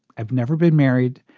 i've never been married,